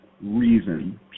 reason